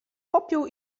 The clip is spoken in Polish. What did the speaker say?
popiół